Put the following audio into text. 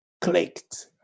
clicked